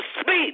speak